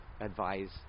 advise